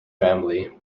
family